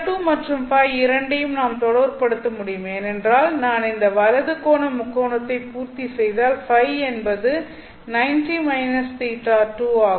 θ2 மற்றும் Ø இரண்டையும் நாம் தொடர்புபடுத்த முடியும் ஏனென்றால் நான் இந்த வலது கோண முக்கோணத்தை பூர்த்திசெய்தால் Ø என்பது 90 θ2 ஆகும்